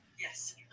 yes